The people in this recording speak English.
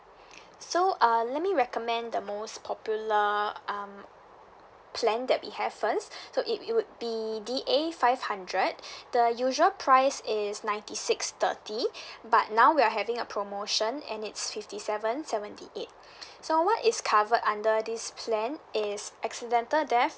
so uh let me recommend the most popular um plan that we have first so it it would be the a five hundred the usual price is ninety six thirty but now we are having a promotion and it's fifty seven seventy eight so what is covered under this plan is accidental deaths